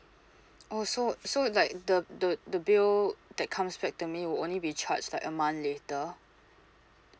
oh so so like the the the bill that comes back to me will only be charged like a month later